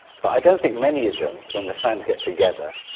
but i don't think many of them, when the fans get together,